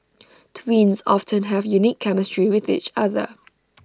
twins often have unique chemistry with each other